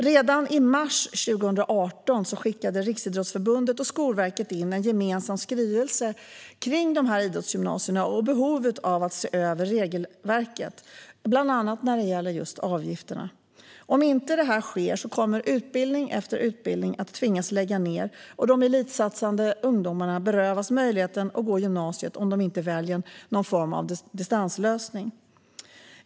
Redan i mars 2018 skickade Riksidrottsförbundet och Skolverket in en gemensam skrivelse om idrottsgymnasierna och om behovet av att se över regelverket, bland annat när det gäller just avgifterna. Om inte detta sker kommer utbildning efter utbildning att tvingas lägga ned, och de elitsatsande ungdomarna berövas möjligheten att gå gymnasiet om de inte väljer någon form av distanslösning.